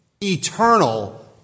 eternal